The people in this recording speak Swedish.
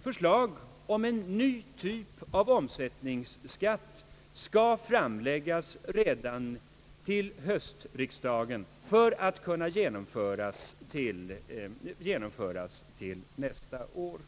förslag om en ny typ av omsättningsskatt skall framläggas redan till höstriksdagen för att kunna genomföras till nästa år.